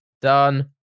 done